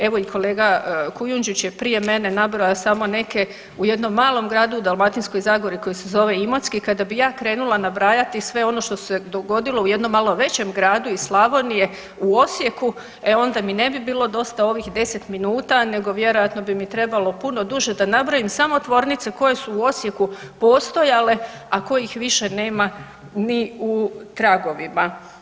Evo i kolega Kujundžić je prije mene nabrojao samo neke u jednom malom gradu u Dalmatinskoj Zagori koji se zove Imotski, kada bi ja krenula nabrajati sve ono što se dogodilo u jednom malo većem gradu iz Slavonije u Osijeku, e onda mi ne bi bilo dosta ovih deset minuta nego vjerojatno bi mi trebalo puno duže da nabrojim samo tvornice koje su u Osijeku postojale, a kojih više nema ni u tragovima.